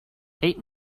eight